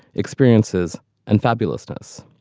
experiences and fabulousness.